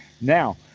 Now